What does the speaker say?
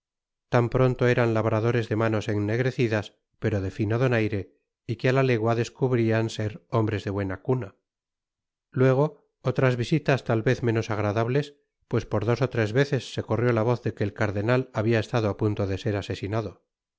tan pronto eran labradores de manos ennegrecidas pero de fino donaire y que á la legua descubrian ser hombres de buena cuna luego otras visitas tal vez menos agradables pues por dos ó tres veces se corrió la voz de que el cardenal habia estado á punto de ser asesinado